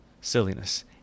silliness